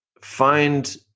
find